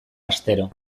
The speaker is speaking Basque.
astero